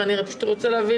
פחות שני ימי